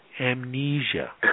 amnesia